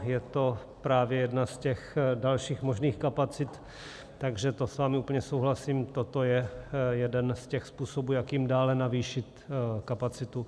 Je to právě jedna z těch dalších možných kapacit, takže to s vámi úplně souhlasím, toto je jeden z těch způsobů, jakým dále navýšit kapacitu.